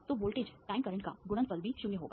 तो voltage times current का गुणनफल भी 0 होगा